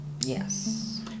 Yes